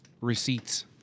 Receipts